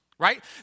Right